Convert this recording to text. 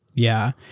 yeah.